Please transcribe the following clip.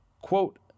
quote